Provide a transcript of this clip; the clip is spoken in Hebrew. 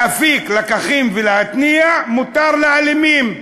להפיק לקחים ולהטמיע, מותר לאלימים.